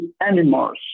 animals